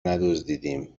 ندزدیدیم